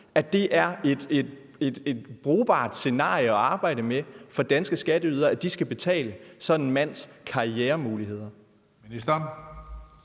at det er et brugbart scenarie at arbejde med for danske skatteydere, at de skal betale for sådan en mands karrieremuligheder?